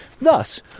Thus